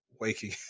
waking